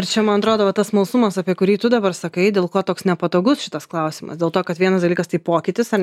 ir čia man atrodo va tas smalsumas apie kurį tu dabar sakai dėl ko toks nepatogus šitas klausimas dėl to kad vienas dalykas tai pokytis ar